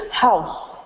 house